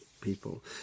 people